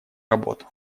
работу